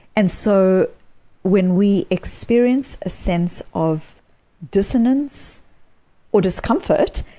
and so when we experience a sense of dissonance or discomfort,